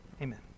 Amen